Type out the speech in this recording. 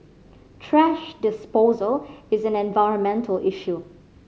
trash disposal is an environmental issue